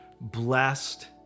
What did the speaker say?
Blessed